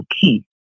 key